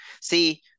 See